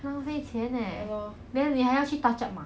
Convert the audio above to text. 浪费钱 eh then 你还要去 touch up mah